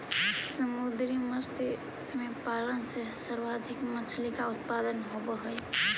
समुद्री मत्स्य पालन से सर्वाधिक मछली का उत्पादन होवअ हई